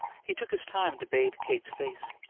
he took his time to bathe kate's face.